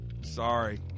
sorry